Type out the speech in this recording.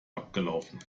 abgelaufen